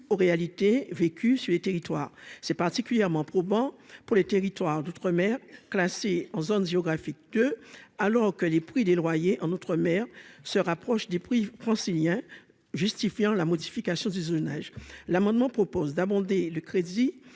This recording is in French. aux réalités vécues sur les territoires, c'est particulièrement probant pour les territoires d'outre-mer, classé en zone géographique, alors que les prix des loyers en outre-mer se rapprochent des prix franciliens justifiant la modification du zonage l'amendement propose d'abonder le crédit